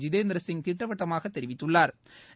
ஜிதேந்திர சிங் திட்டவட்டமாக தெரிவித்துள்ளாா்